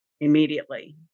immediately